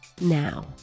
now